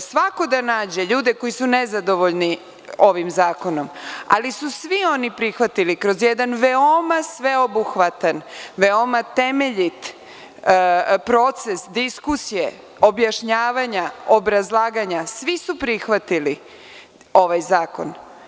svako da nađe ljude koji su nezadovoljni ovim zakonom, ali su svi oni prihvatili kroz jedan veoma sveobuhvatan, veoma temeljit proces diskusije, objašnjavanja, obrazlaganja, svi su prihvatili ovaj zakon.